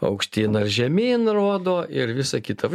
aukštyn ar žemyn rodo ir visa kita